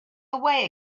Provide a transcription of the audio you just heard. away